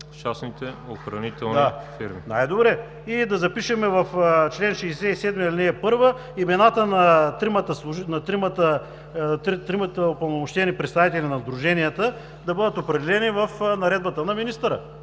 Да, най-добре. И да запишем в чл. 67, ал. 1 имената на тримата упълномощени представители на сдруженията да бъдат определени в наредбата на министъра.